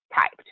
typed